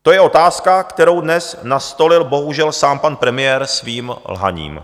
To je otázka, kterou dnes nastolil bohužel sám pan premiér svým lhaním.